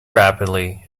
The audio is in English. rapidly